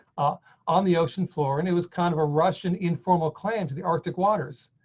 ah on the ocean floor. and it was kind of a russian informal claim to the arctic waters.